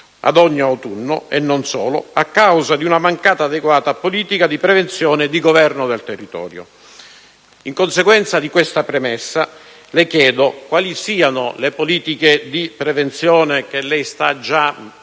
ad ogni autunno, e non solo, a causa di una mancata adeguata politica di prevenzione e di governo del territorio. In conseguenza di questa premessa, le chiedo quali siano le politiche di prevenzione che lei sta già